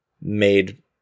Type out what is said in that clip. made